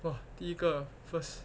!wah! 第一个 first